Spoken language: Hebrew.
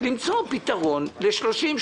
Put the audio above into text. למצוא פתרון ל-30,